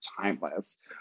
timeless